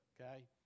Okay